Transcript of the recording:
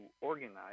organize